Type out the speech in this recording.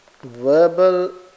verbal